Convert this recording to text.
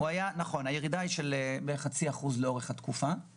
נכון, יש ירידה של בערך חצי אחוז לאורך התקופה.